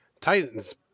Titans